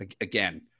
again